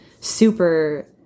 super